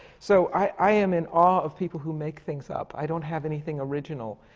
so i am in awe of people who make things up. i don't have anything original.